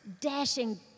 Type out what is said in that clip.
dashing